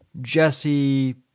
Jesse